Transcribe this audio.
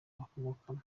bakomokamo